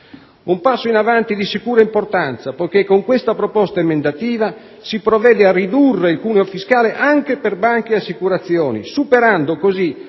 Un passo avanti di sicura importanza, poiché con questa proposta emendativa si provvede a ridurre il cuneo fiscale anche per banche e assicurazioni, superando così